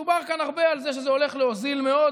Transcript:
ודובר כאן הרבה על זה שזה הולך להוזיל מאוד